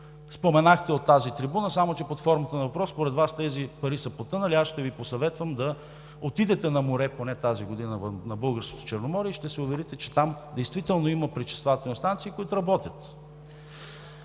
споменахте от тази трибуна, само че под формата на въпрос. Според Вас тези пари са потънали. Аз ще Ви посъветвам да отидете на море – поне тази година, на Българското Черноморие и ще се уверите, че там действително има пречиствателни станции, които работят.